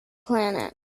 planet